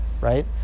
right